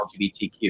LGBTQ